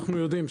אנחנו יודעים,